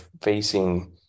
facing